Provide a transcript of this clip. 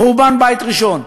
חורבן בית ראשון.